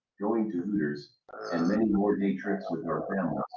going to hooters and many more day trips with our family